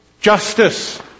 justice